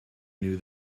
knew